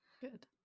Good